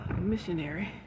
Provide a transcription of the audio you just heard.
missionary